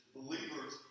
believers